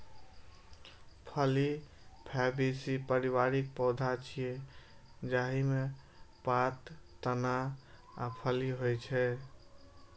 फली फैबेसी परिवारक पौधा छियै, जाहि मे पात, तना आ फली होइ छै